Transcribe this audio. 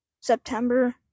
September